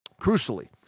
Crucially